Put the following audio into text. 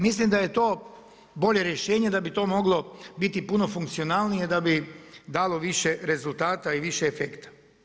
Mislim da je to bolje rješenje da bi to moglo biti puno funkcionalnije da bi dalo više rezultata i više efekta.